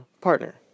partner